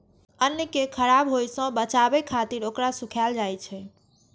अन्न कें खराब होय सं बचाबै खातिर ओकरा सुखायल जाइ छै